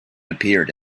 appeared